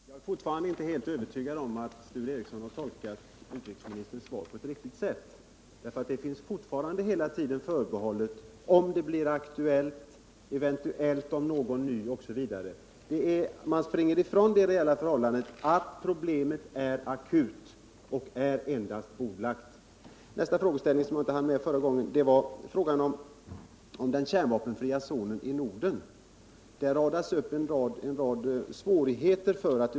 Herr talman! Jag är fortfarande inte helt övertygad om att Sture Ericson har tolkat utrikesministerns svar på ett riktigt sätt. Det finns fortfarande förbehåll av typen ”om det blir aktuellt”. ”eventuellt” osv. Man springer ifrån det reella förhållandet att problemet är akut och frågan endast är bordlagd. Beträffande frågan om en kärnvapenfri zon i Norden radas det upp en mängd svårigheter.